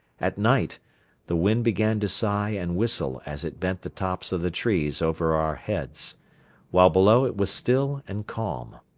at night the wind began to sigh and whistle as it bent the tops of the trees over our heads while below it was still and calm.